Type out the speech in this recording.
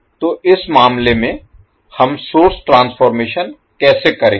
तो इस मामले में हम सोर्स ट्रांसफॉर्मेशन कैसे करेंगे